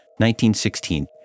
1916